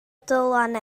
dylan